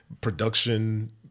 production